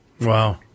Wow